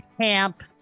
Camp